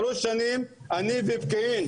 שלוש שנים אני בפקיעין,